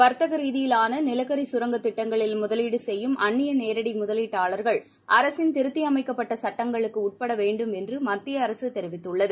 வர்த்தகரீதியிலானநிலக்கரிகரங்க திட்டங்களில் முதலீடுசெய்யும் அந்நியநேரடிமுதலீட்டாளர்கள் அரசின் திருத்தியமைக்கப்பட்டசுட்டங்களுக்குஉட்படவேண்டும் என்றுமத்தியஅரசுதெரிவித்துள்ளது